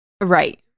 Right